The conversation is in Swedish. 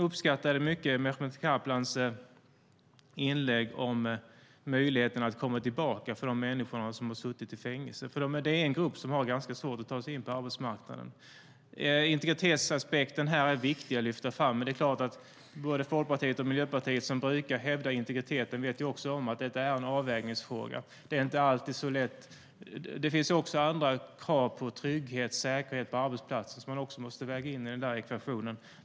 Jag uppskattade mycket Mehmet Kaplans inlägg om möjligheten att komma tillbaka för de människor som har suttit i fängelse. Det är en grupp som har ganska svårt att ta sig in på arbetsmarknaden. Det är viktigt att lyfta fram integritetsaspekten. Men både Folkpartiet och Miljöpartiet som brukar hävda integriteten vet också om att detta är en avvägningsfråga. Det är inte alltid så lätt, för det finns också krav på trygghet och säkerhet på arbetsplatsen som man måste väga in i ekvationen.